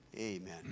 Amen